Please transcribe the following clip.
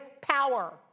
power